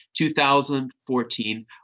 2014